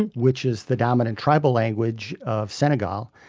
and which is the dominant tribal language of senegal.